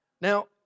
Now